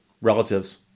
relatives